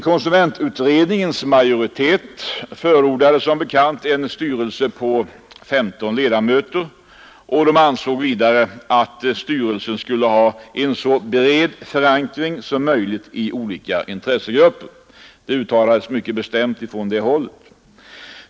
Konsumentutredningens majoritet förordade som bekant en styrelse på 13 ledamöter och ansåg vidare att styrelsen skulle ha en så bred förankring som möjligt i olika intressegrupper. Det uttalades mycket bestämt från det hållet.